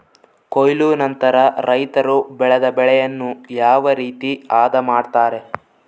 ಕೊಯ್ಲು ನಂತರ ರೈತರು ಬೆಳೆದ ಬೆಳೆಯನ್ನು ಯಾವ ರೇತಿ ಆದ ಮಾಡ್ತಾರೆ?